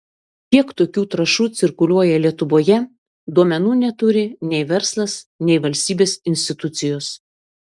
kiek tokių trąšų cirkuliuoja lietuvoje duomenų neturi nei verslas nei valstybės institucijos